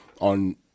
on